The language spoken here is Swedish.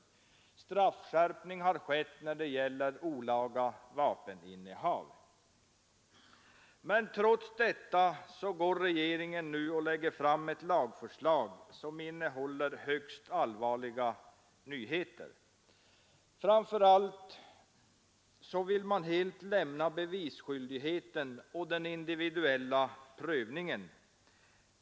En straffskärpning har skett när det gäller olaga vapeninnehav. Men trots detta lägger regeringen nu fram ett lagförslag, som innehåller högst allvarliga nyheter. Framför allt vill man helt lämna bevisskyldigheten och den individuella prövningen.